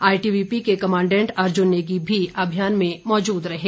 ITBP के commandant Arjun Negi भी अभियान में मौजूद रहें